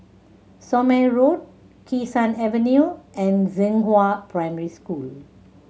Somme Road Kee Sun Avenue and Zhenghua Primary School